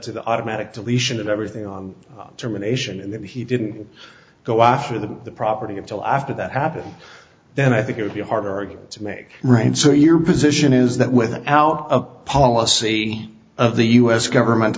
to the automatic deletion of everything germination and that he didn't go after the property until after that happened then i think it would be harder to make rain so your position is that without a policy of the us government